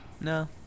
No